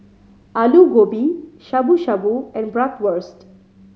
Alu Gobi Shabu Shabu and Bratwurst